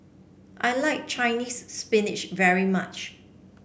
I like Chinese's spinach very much